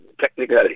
technically